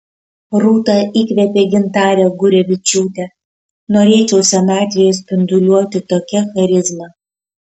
rūta įkvėpė gintarę gurevičiūtę norėčiau senatvėje spinduliuoti tokia charizma